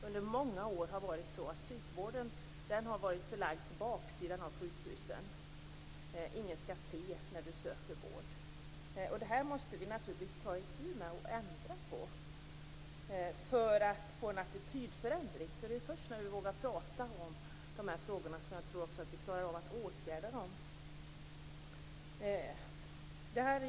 Under många år har psykvården varit förlagd till baksidan av sjukhusen. Ingen skall se när du söker vård. Vi måste få till en attitydförändring. Det är först när vi vågar prata om frågorna som vi klarar av att åtgärda dem.